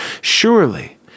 Surely